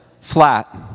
flat